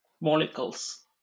molecules